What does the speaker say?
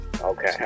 Okay